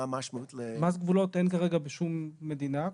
המשמעות --- מס גבולות אין כרגע בשום מדינה,